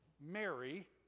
Mary